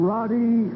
Roddy